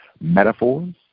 metaphors